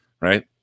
right